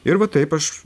ir va taip aš